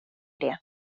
det